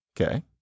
Okay